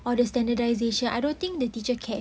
or the standardisation I don't think the teacher care